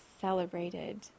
celebrated